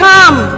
Come